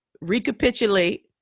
recapitulate